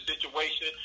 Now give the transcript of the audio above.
situation